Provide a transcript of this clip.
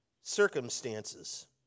circumstances